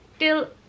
till